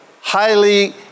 highly